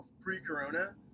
pre-corona